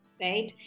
right